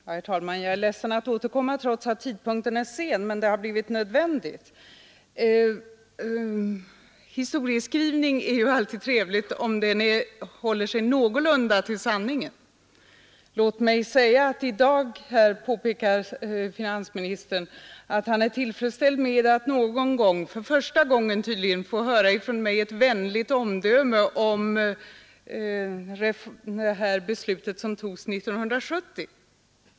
Herr talman! Jag är ledsen att jag återkommer trots att tidpunkten är sen, men det har blivit nödvändigt. Historieskrivning är alltid trevlig om den håller sig någorlunda till sanningen. I dag säger finansministern att han är tillfredsställd med att någon gång, för första gången tydligen, få höra ett vänligt omdöme från mig om beslutet som togs 1970.